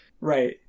Right